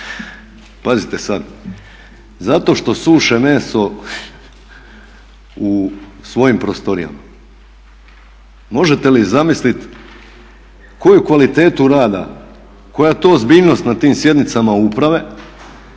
pazite sada, zato što suše meso u svojim prostorijama. Možete li zamisliti koju kvalitetu rada, koja je ta ozbiljnost na tim sjednicama uprave